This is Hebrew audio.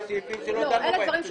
לפני הרביזיות,